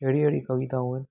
अहिड़ी अहिड़ी कविताऊं